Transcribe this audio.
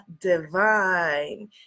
divine